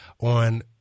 on